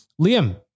Liam